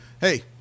hey